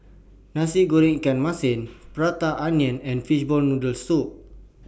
Nasi Goreng Ikan Masin Prata Onion and Fishball Noodle Soup